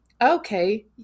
Okay